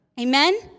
Amen